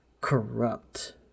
Corrupt